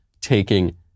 taking